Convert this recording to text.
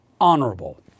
honorable